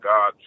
God